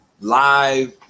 live